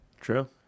True